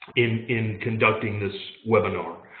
in in conducting this webinar.